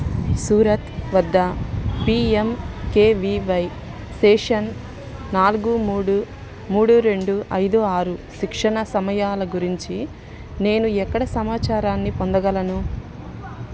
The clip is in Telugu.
సూరత్ వద్ద P M K V Y session నాలుగు మూడు మూడు రెండు ఐదు ఆరు శిక్షణ సమయాల గురించి నేను ఎక్కడ సమాచారాన్ని పొందగలను